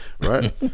right